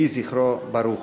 יהי זכרו ברוך.